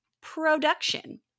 production